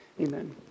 Amen